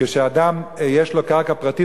כשלאדם יש קרקע פרטית,